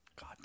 God